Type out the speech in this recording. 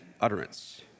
utterance